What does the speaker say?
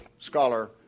scholar